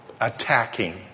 attacking